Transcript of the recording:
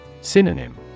Synonym